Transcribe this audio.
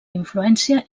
influència